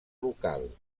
local